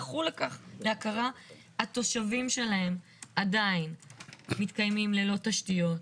התושבים שלהם עדיין מתקיימים ללא תשתיות,